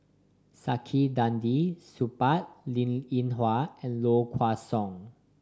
Saktiandi Supaat Linn In Hua and Low Kway Song